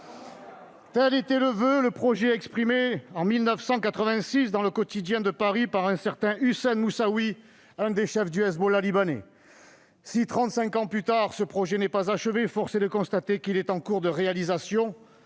Tel était le voeu exprimé en 1986 dans le par un certain Hussein Moussaoui, l'un des chefs du Hezbollah libanais. Si, trente-cinq ans plus tard, ce projet n'est pas achevé, force est de constater qu'il est en cours de réalisation,